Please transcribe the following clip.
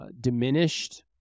diminished